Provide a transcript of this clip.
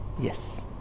Yes